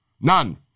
none